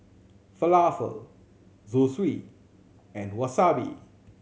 Falafel Zosui and Wasabi